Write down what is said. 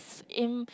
in